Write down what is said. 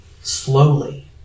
slowly